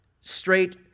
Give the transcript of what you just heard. straight